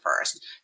first